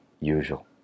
usual